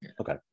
Okay